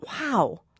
Wow